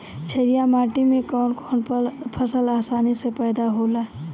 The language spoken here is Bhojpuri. छारिया माटी मे कवन कवन फसल आसानी से पैदा होला?